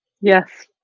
Yes